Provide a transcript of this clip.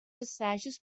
assajos